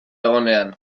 egonean